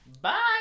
bye